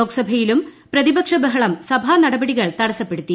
ലോക്സഭയിലും പ്രതിപക്ഷ ബഹളം സഭാ നടപടികൾ തടസ്സപ്പെടുത്തി